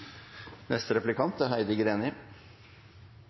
neste replikant